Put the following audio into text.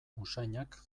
usainak